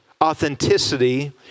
authenticity